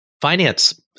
finance